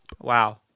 Wow